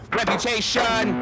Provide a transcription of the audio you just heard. reputation